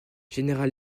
general